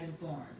informed